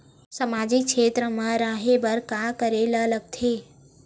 सामाजिक क्षेत्र मा रा हे बार का करे ला लग थे